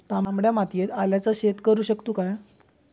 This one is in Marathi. तामड्या मातयेत आल्याचा शेत करु शकतू काय?